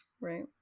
right